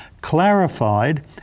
clarified